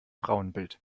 frauenbild